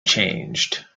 changed